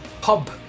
Pub